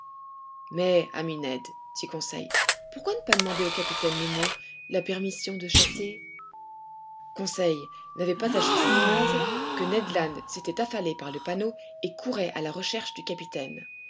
mais ami ned dit conseil pourquoi ne pas demander au capitaine nemo la permission de chasser conseil n'avait pas achevé sa phrase que ned land s'était affalé par le panneau et courait à la recherche du capitaine